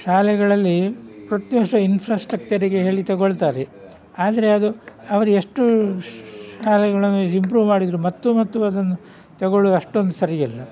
ಶಾಲೆಗಳಲ್ಲಿ ಪ್ರತಿ ವರ್ಷ ಇನ್ಫ್ರಾಸ್ಟ್ರಕ್ಚರಿಗೆ ಹೇಳಿ ತೊಗೊಳ್ತಾರೆ ಆದರೆ ಅದು ಅವರು ಎಷ್ಟು ಶಾಲೆಗಳನ್ನು ಇಂಪ್ರೂವ್ ಮಾಡಿದರು ಮತ್ತೂ ಮತ್ತು ಅದನ್ನು ತೊಗೊಳ್ಳೊದು ಅಷ್ಟೊಂದು ಸರಿಯಲ್ಲ